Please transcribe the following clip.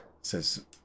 says